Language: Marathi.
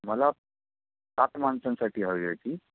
मला सात माणसांसाठी हवी होती